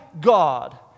God